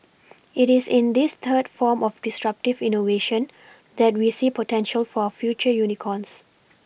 it is in this third form of disruptive innovation that we see potential for future unicorns